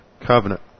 Covenant